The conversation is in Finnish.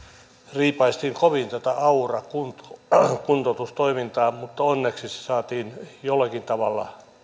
riipaistiin kovin tätä aura kuntoutustoimintaa mutta onneksi se saatiin jollakin tavalla